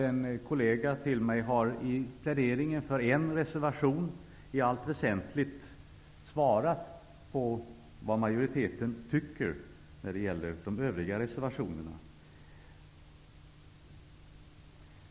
En kollega till mig har i pläderingen för en reservation i allt väsentligt talat om vad majoriteten tycker om reservationerna.